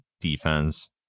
defense